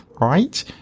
right